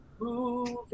Moving